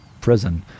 prison